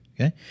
okay